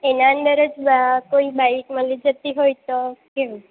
એના અંદર જ કોઈ બાઈક મળી જતી હોય તો કેવું